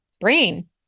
brain